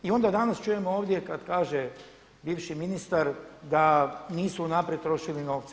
I onda danas čujemo ovdje kad kaže bivši ministar da nisu unaprijed trošili novce.